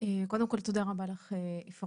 קודם כל, תודה רבה לך אפרת.